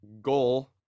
goal